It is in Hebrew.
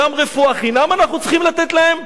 גם רפואה חינם אנחנו צריכים לתת להם?